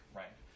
right